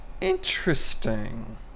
Interesting